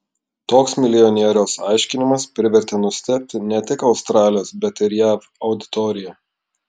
toks milijonieriaus aiškinimas privertė nustebti ne tik australijos bet ir jav auditoriją